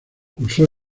cursó